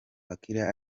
akilah